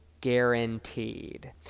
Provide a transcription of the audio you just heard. guaranteed